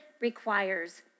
requires